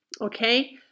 Okay